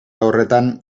horretan